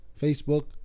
Facebook